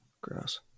Gross